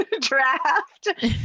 draft